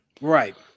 Right